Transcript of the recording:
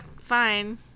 Fine